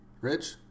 Rich